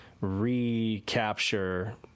recapture